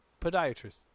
podiatrist